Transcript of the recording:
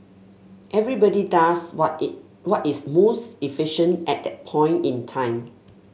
everybody does what is what is most efficient at that point in time